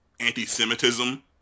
anti-Semitism